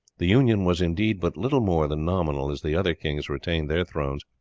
the union was indeed but little more than nominal, as the other kings retained their thrones,